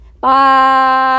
Bye